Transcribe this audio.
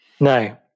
No